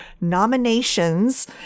nominations